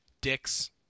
dicks